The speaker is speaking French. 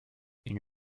une